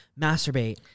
Masturbate